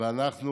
ואנחנו